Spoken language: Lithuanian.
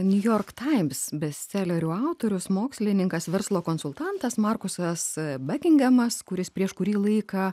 niujorko times bestselerių autorius mokslininkas verslo konsultantas markus s bakingamas kuris prieš kurį laiką